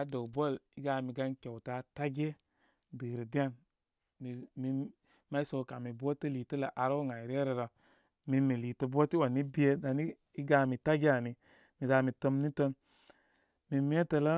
adəw ball. i gamigan kyauta tage dɨrə di an. Mi min maysəw kami bote liitələ ar wow ən ay ryə rə rə. Min mi likə bote on i be dan i, i gami tage ani miza mi tomni ton. Min metələ